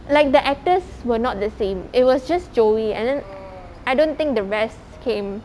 like the actors were not the same it was just joey and then I don't think the rest came